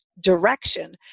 direction